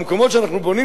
במקומות שאנחנו בונים,